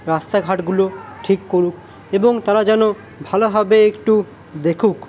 রাস্তাঘাটগুলো ঠিক করুক এবং তারা যেন ভালোভাবে একটু দেখুক